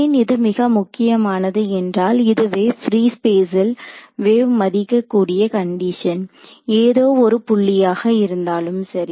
ஏன் இது மிக முக்கியமானது என்றால் இதுவே பிரீ ஸ்பேஸ்ல் வேவ் மதிக்கக்கூடிய கண்டிஷன் ஏதோ ஒரு புள்ளியாக இருந்தாலும் சரி